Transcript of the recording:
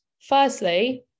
Firstly